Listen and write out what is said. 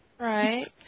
Right